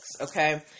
okay